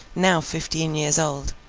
now fifteen years old.